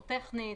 טכנית,